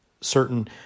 certain